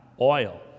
oil